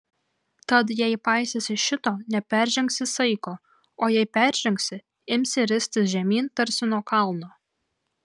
tad jei paisysi šito neperžengsi saiko o jei peržengsi imsi ristis žemyn tarsi nuo kalno